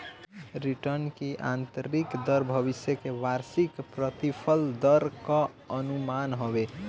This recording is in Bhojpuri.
रिटर्न की आतंरिक दर भविष्य के वार्षिक प्रतिफल दर कअ अनुमान हवे